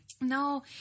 no